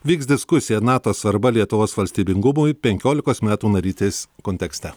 vyks diskusija nato svarba lietuvos valstybingumui penkiolikos metų narystės kontekste